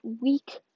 week